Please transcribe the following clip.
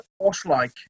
horse-like